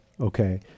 okay